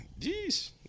jeez